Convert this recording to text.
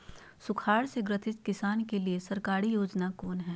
सुखाड़ से ग्रसित किसान के लिए सरकारी योजना कौन हय?